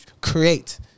create